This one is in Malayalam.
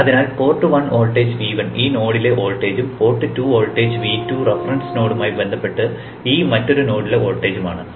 അതിനാൽ പോർട്ട് 1 വോൾട്ടേജ് V1 ഈ നോഡിലെ വോൾട്ടേജും പോർട്ട് 2 വോൾട്ടേജ് V2 റഫറൻസ് നോഡുമായി ബന്ധപ്പെട്ട് ഈ മറ്റൊരു നോഡിലെ വോൾട്ടേജ് ആണ്